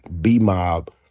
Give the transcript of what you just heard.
B-Mob